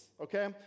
okay